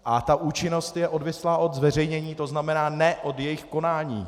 A ta účinnost je odvislá od zveřejnění, tzn. ne od jejich konání.